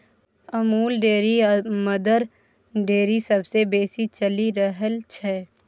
Amul dairy आ Mother Dairy सबसँ बेसी चलि रहल छै